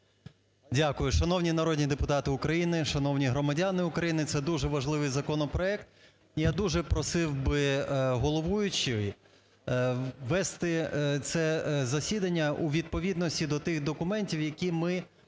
Дякую. Шановні народні депутати України, шановні громадяни України, це дуже важливий законопроект. Я дуже просив би головуючу вести це засідання у відповідності до тих документів, які ми подавали